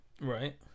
Right